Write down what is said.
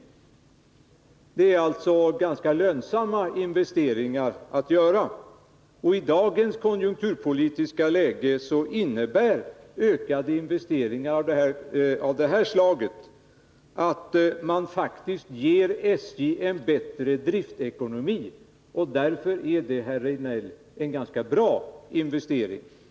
Det är alltså ganska lönsamma investeringar. I dagens konjunkturpolitiska läge innebär ökade investeringar av det slaget att man faktiskt ger SJ en bättre driftekonomi. Därför är det, herr Rejdnell, ganska brainvesteringar.